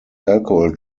alcohol